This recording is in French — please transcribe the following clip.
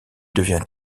devient